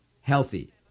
healthy